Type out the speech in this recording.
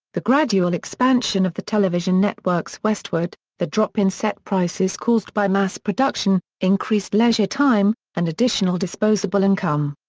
the gradual expansion of the television networks westward, the drop in set prices caused by mass production, increased leisure time, and additional disposable income.